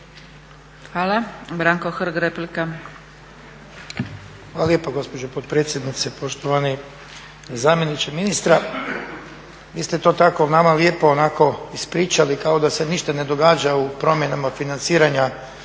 **Hrg, Branko (HSS)** Hvala lijepa gospođo potpredsjednice. Poštovani zamjeniče ministra, vi ste to tako nama lijepo onako ispričali kao da se ništa ne događa u promjenama financiranja